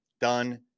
done